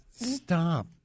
Stop